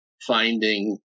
finding